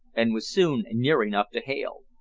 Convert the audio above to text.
and was soon near enough to hail.